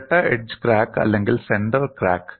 ഇരട്ട edge crack അല്ലെങ്കിൽ centre crack